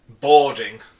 boarding